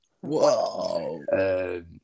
Whoa